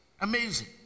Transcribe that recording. amazing